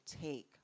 take